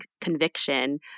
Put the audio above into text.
conviction